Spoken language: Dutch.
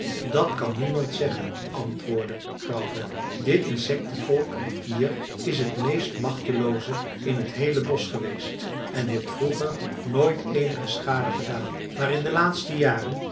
dat kan niemand zeggen antwoordde grauwvel dit insectenvolk hier is het meest machtelooze in t heele bosch geweest en heeft vroeger nooit eenige schade gedaan maar in de laatste jaren